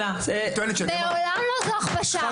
מעולם לא, זו הכפשה.